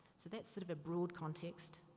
so that's sort of a broad context.